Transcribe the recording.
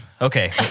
Okay